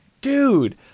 dude